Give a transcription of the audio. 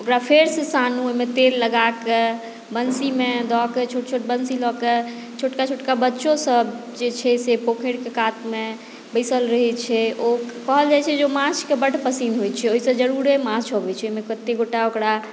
ओकरा फेरसँ सानु ओकरा मे तेल लगाके वन्शीमे दऽ के छोट छोट वन्शी लऽ के छोटका छोटका बच्चो सभ जे छै से पोखरिके कातमे बैसल रहै छै ओ कहल जाइ छै जे माँछकेँ बड पसिन होइ छै ओहिसे जरूरे माँछ अबै छै ओहिमे कते गोटा ओकरा